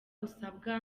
usabwa